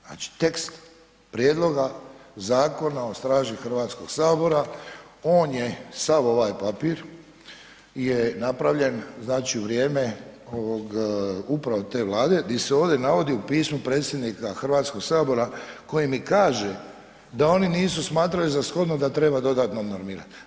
Znači tekst Prijedloga zakona o straži Hrvatskog sabora, on je, sav ovaj papir je napravljen znači u vrijeme upravo te Vlade gdje se ovdje navodi u pismu predsjednika Hrvatskoga sabora koji mi kaže da oni nisu smatrali za shodno da treba dodatno normirati.